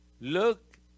Look